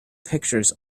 pictures